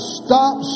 stop